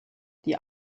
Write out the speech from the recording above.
die